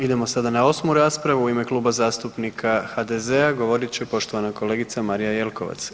Idemo sada na osmu raspravu u ime Kluba zastupnika HDZ-a govorit će poštovana kolegica Marija Jelkovac.